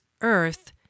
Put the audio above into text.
Earth